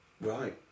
Right